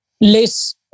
less